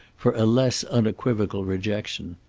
for a less unequivocal rejection.